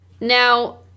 Now